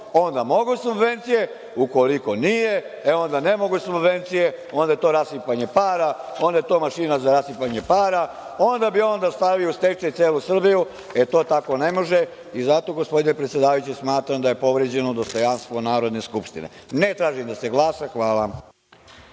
onda mogu subvencije, ukoliko nije onda ne mogu subvencije, onda je to rasipanje para, onda je to mašina za rasipanje para, onda bi on stavio u stečaj celu Srbiju. To tako ne može i zato gospodine predsedavajući smatram da je povređeno dostojanstvo Narodne skupštine. Ne tražim da se glasa. Hvala.